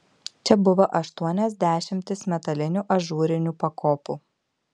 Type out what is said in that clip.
čia buvo aštuonios dešimtys metalinių ažūrinių pakopų